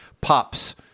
POPs